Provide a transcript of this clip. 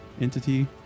Entity